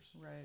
Right